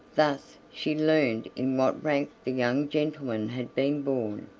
thus she learned in what rank the young gentleman had been born,